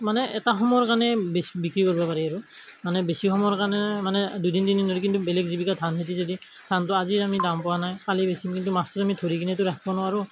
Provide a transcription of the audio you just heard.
মানে এটা সময়ৰ কাৰণে বিক্ৰী কৰিব পাৰি আৰু মানে বেছি সময়ৰ কাৰণে মানে দুদিন তিনিদিন ধৰি কিন্তু বেলেগ জীৱিকা ধান খেতি যদি ধানটো আজিয়েই আমি দাম পোৱা নাই কালি বেচিম কিন্তু মাছটো আমি ধৰি কিনেটো ৰাখিব নোৱাৰোঁ